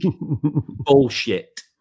Bullshit